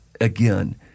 again